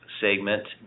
segment